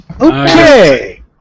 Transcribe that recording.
Okay